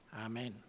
Amen